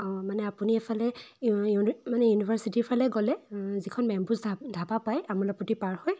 অঁ মানে আপুনি এইফালে মানে ইউনিভাৰ্ছিটি ফালে গ'লে যিখন মেমভোজ ধা ধাবা পায় আমোলাপট্টি পাৰ হৈ